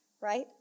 right